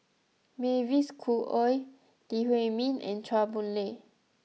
Mavis Khoo Oei Lee Huei Min and Chua Boon Lay